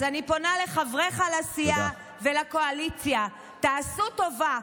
אז אני פונה לחבריך לסיעה ולקואליציה: תעשו טובה,